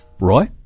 Roy